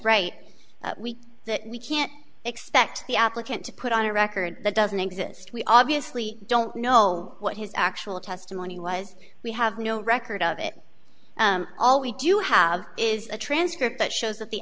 right that we can't expect the applicant to put on a record that doesn't exist we obviously don't know what his actual testimony was we have no record of it all we do have is a transcript that shows that the